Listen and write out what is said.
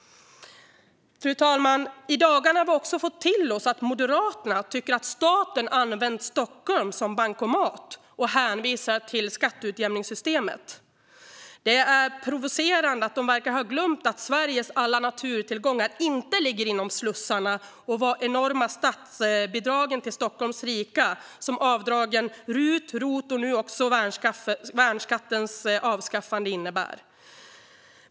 Fru talman! I dagarna har vi också fått till oss att Moderaterna tycker att staten har använt Stockholm som bankomat och hänvisar till skatteutjämningssystemet. Det är provocerande att de verkar ha glömt att Sveriges alla naturtillgångar inte ligger inom slussarna och vad de enorma statsbidragen till Stockholms rika, såsom avdragen RUT och ROT och nu också värnskattens avskaffande, innebär.